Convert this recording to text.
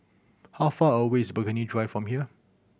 how far away is Burghley Drive from here